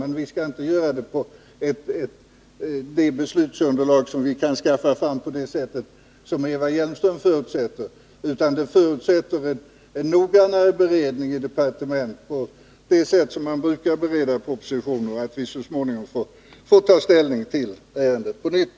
Men riksdagen bör inte fatta beslut på det underlag som vi kan skaffa fram på det sätt som Eva Hjelmström föreslår. Frågan förutsätter en noggrannare beredning i departementet på det sätt som man brukar bereda propositioner på. Vi bör därför så småningom få ta ställning till ärendet på nytt.